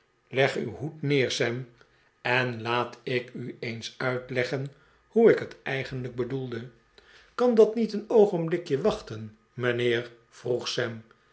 leg uw hoed neer sam en laat ik u eens uitleggen hoe ik het eigenlijk bedoelde kan dat niet een oogenblik wachten mijnheer vroeg sam